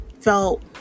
felt